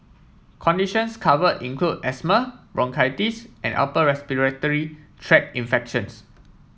conditions cover include asthma bronchitis and upper respiratory tract infections